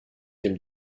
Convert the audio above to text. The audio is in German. dem